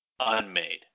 Unmade